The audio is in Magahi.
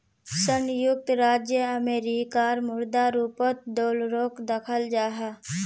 संयुक्त राज्य अमेरिकार मुद्रा रूपोत डॉलरोक दखाल जाहा